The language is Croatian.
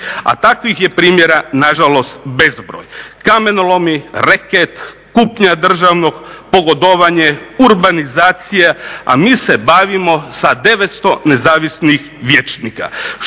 A takvih je primjera nažalost bezbroj. Kamenolomi, reket, kupnja državnog, pogodovanje, urbanizacija, a mi se bavimo sa 900 nezavisnih vijećnika.